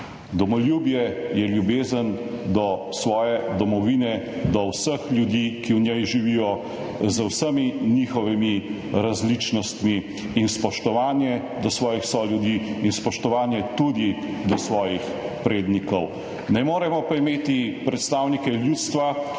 Domoljubje je ljubezen do svoje domovine, do vseh ljudi, ki v njej živijo, z vsemi njihovimi različnostmi, in spoštovanje svojih soljudi in spoštovanje tudi svojih prednikov. Ne moremo pa imeti predstavnikov ljudstva, ki